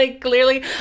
clearly